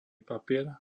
papier